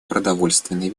продовольственной